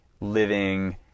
living